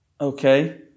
okay